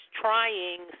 trying